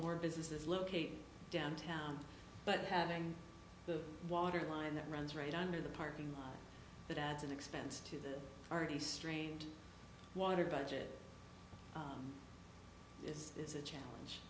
more businesses locate downtown but having the water line that runs right under the parking lot that adds an expense to the already strained water budget this is a challenge